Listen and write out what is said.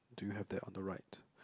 do you have that on the right